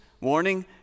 warning